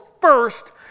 first